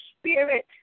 spirit